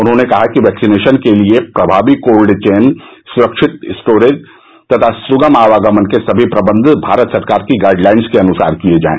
उन्होंने कहा कि वैक्सीनेशन के लिए प्रमावी कोल्ड चेन सुरक्षित स्टोरेज तथा सुगम आवागमन के सभी प्रबंध भारत सरकार की गाइडलाइन्स के अनुसार किये जायें